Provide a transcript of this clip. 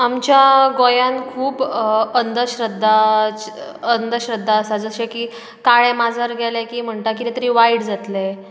आमच्यां गोंयान खूब अंदश्रध्दा अंदश्रध्दा आसा जशें की काळे माजर गेले की म्हणटा कितें तरी वायट जातलें